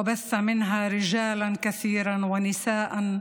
ושידר ממנה גברים רבים ונשים,